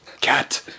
Cat